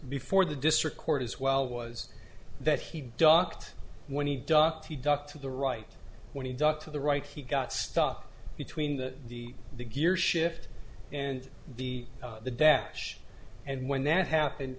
before the district court as well was that he ducked when he ducked he ducked to the right when he ducked to the right he got stuck between the the the gear shift and the the dash and when that happened